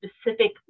specific